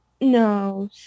no